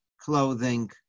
clothing